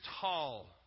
tall